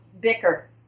bicker